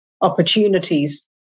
opportunities